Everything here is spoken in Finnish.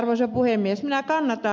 arvoisa puhemies